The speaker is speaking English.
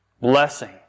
blessing